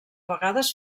vegades